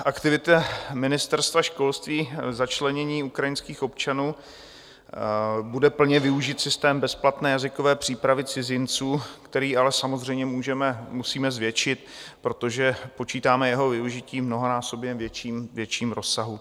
Aktivita Ministerstva školství k začlenění ukrajinských občanů bude plně využit systém bezplatné jazykové přípravy cizinců, který ale samozřejmě musíme zvětšit, protože počítáme jeho využití v mnohonásobně větším rozsahu.